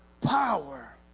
Power